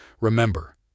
Remember